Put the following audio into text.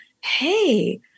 Hey